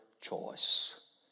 choice